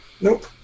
Nope